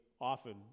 often